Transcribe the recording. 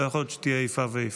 לא יכול להיות שתהיה איפה ואיפה.